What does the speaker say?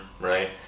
right